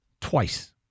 Twice